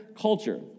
culture